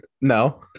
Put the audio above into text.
No